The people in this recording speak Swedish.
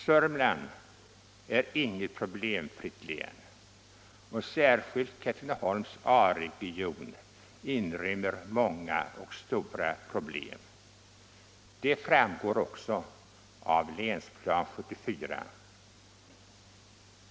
Södermanland är inget problemfritt län, och särskilt Katrineholms A region inrymmer många och stora problem. Det framgår också av Länsplanering 1974.